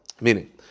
Meaning